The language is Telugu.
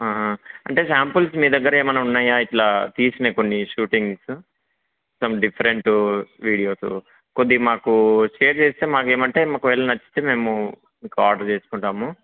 అంటే శాంపిల్స్ మీ దగ్గర ఏమన్నా ఉన్నాయా ఇట్లా తీసినవి షూటింగ్స్ సమ్ డిఫరెంట్ వీడియోస్ కొద్దిగా మాకు షేర్ చేస్తే మాకు ఏమంటే ఒకవేళ నచ్చితే మేము మీకు ఆర్డర్ చేసుకుంటాము